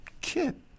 kid